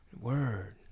Word